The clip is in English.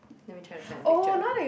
let me try to find a picture